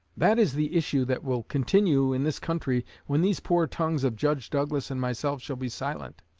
that is the issue that will continue in this country when these poor tongues of judge douglas and myself shall be silent.